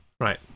Right